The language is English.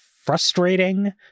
frustrating